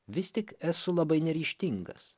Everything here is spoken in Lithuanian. vis tik esu labai neryžtingas